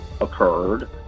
occurred